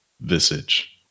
visage